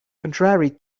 contrary